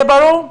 זה ברור?